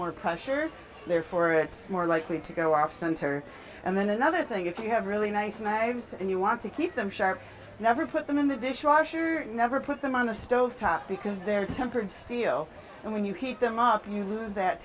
more pressure therefore it's more likely to go off center and then another thing if you have really nice and you want to keep them sharp never put them in the dishwasher never put them on the stove top because they're tempered steel and when you heat them up you lose that